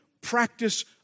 practice